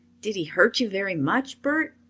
did he hurt you very much, bert?